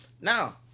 Now